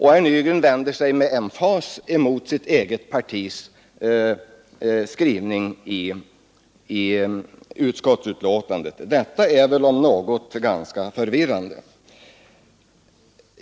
Herr Nygren vänder sig med emfas mot sitt eget partis skrivning i betänkandet. Detta är, om något, ganska förvirrande.